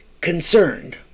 concerned